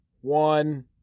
one